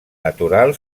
natural